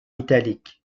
italique